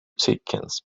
chickens